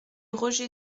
roger